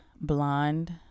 blonde